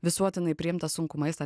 visuotinai priimtą sunkų maistą